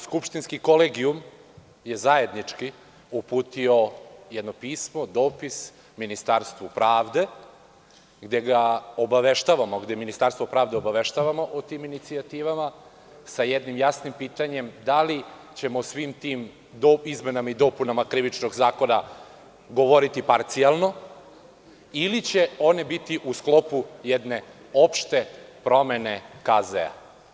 Skupštinski kolegijum je zajednički uputio jedno pismo, dopis Ministarstvu pravde, gde Ministarstvo pravde obaveštavamo o tim inicijativama sa jednim jasnim pitanjem – da li ćemo svim tim izmenama i dopunama Krivičnog zakona govoriti parcijalno ili će one biti u sklopu jedne opšte promene KZ.